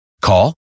Call